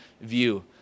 view